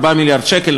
4 מיליארד שקל,